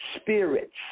spirits